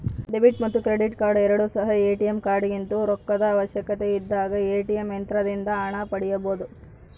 debit ಮತ್ತು credit card ಎರಡು ಸಹ ಎ.ಟಿ.ಎಂ ಕಾರ್ಡಾಗಿದ್ದು ರೊಕ್ಕದ ಅವಶ್ಯಕತೆಯಿದ್ದಾಗ ಎ.ಟಿ.ಎಂ ಯಂತ್ರದಿಂದ ಹಣ ಪಡೆಯಬೊದು